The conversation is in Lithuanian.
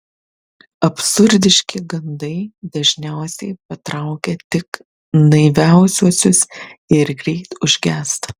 absurdiški gandai dažniausiai patraukia tik naiviausiuosius ir greit užgęsta